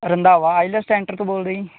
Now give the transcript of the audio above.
Randhawa IELTS centre ਤੋਂ ਬੋਲਦੇ ਜੀ